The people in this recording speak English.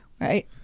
Right